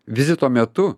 vizito metu